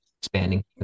expanding